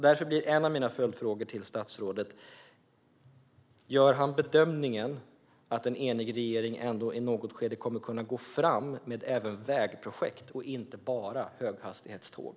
Därför blir en av mina följdfrågor till statsrådet: Gör han bedömningen att en enig regering ändå i något skede kommer att kunna gå fram med även vägprojekt och inte bara höghastighetståg?